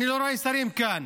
אני לא רואה שרים כאן,